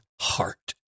heart